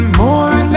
more